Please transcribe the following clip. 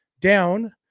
down